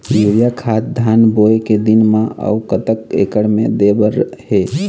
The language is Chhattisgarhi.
यूरिया खाद धान बोवे के दिन म अऊ कतक एकड़ मे दे बर हे?